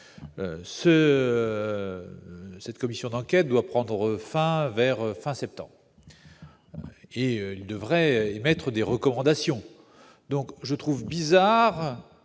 Cette commission d'enquête doit prendre fin en septembre et devrait émettre des recommandations. Je trouve bizarre